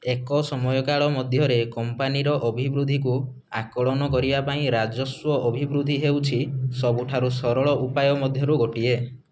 ଏକ ସମୟକାଳ ମଧ୍ୟରେ କମ୍ପାନୀର ଅଭିବୃଦ୍ଧିକୁ ଆକଳନ କରିବା ପାଇଁ ରାଜସ୍ୱ ଅଭିବୃଦ୍ଧି ହେଉଛି ସବୁଠାରୁ ସରଳ ଉପାୟ ମଧ୍ୟରୁ ଗୋଟିଏ